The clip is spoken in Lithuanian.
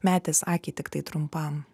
metęs akį tiktai trumpam